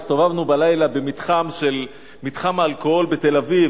הסתובבנו בלילה במתחם האלכוהול בתל-אביב,